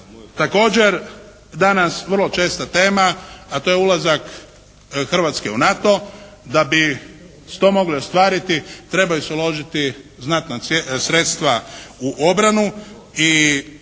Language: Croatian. Također danas vrlo česta tema, a to je ulazak Hrvatske u NATO da bi se to moglo ostvariti trebaju se uložiti znatna sredstva u obranu